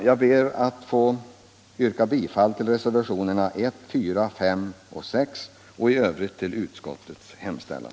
Jag ber att få yrka bifall till reservationerna 1, 4, 5 och 6 och i övrigt bifall till utskottets hemställan.